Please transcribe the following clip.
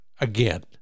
again